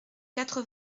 quatre